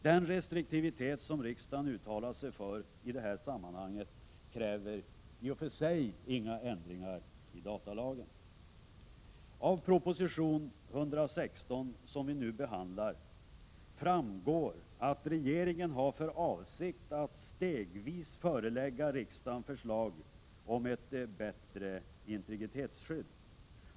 Den restriktivitet som riksdagen uttalat sig för i detta sammanhang kräver i och för sig inga ändringar i datalagen. Av proposition 116, som vi nu behandlar, framgår att regeringen har för avsikt att stegvis förelägga riksdagen förslag om ett bättre integritetsskydd.